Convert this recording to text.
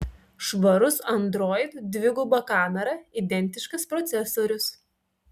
švarus android dviguba kamera identiškas procesorius